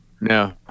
No